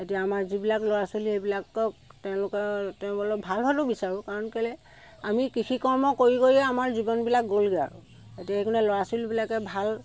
এতিয়া আমাৰ যিবিলাক ল'ৰা ছোৱালীয়ে সেইবিলাকক তেওঁলোকে তেওঁবিলাক ভাল হোৱাটো বিচাৰোঁ কাৰণ কেলৈ আমি কৃষি কৰ্ম কৰি কৰিয়ে আমাৰ জীৱনবিলাক গ'লগৈ আৰু এতিয়া সেইকাৰণে ল'ৰা ছোৱালীবিলাকে ভাল